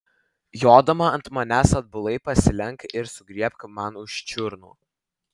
jodama ant manęs atbulai pasilenk ir sugriebk man už čiurnų